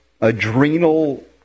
adrenal